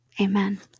Amen